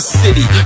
city